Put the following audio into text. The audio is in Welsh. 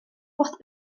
wrth